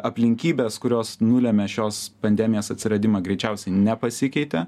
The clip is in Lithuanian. aplinkybės kurios nulemia šios pandemijos atsiradimą greičiausiai nepasikeitė